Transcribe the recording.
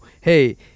hey